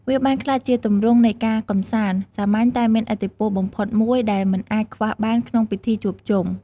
វាបានក្លាយជាទម្រង់នៃការកម្សាន្ត សាមញ្ញតែមានឥទ្ធិពលបំផុតមួយដែលមិនអាចខ្វះបានក្នុងពិធីជួបជុំ។